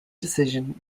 decision